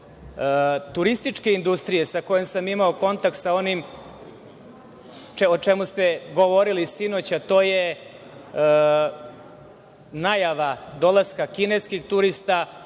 turističke industrije sa kojima sam imao kontakt, sa onim o čemu ste govorili sinoć, a to je najava dolaska kineskih turista,